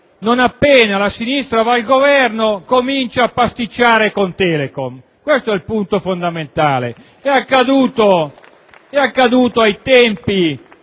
non appena la sinistra va al Governo comincia a pasticciare con Telecom. Questo è il punto fondamentale *(Applausi dai